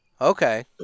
Okay